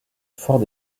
forts